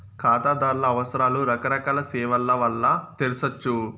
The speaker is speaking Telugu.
కాతాదార్ల అవసరాలు రకరకాల సేవల్ల వల్ల తెర్సొచ్చు